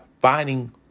finding